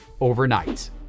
overnight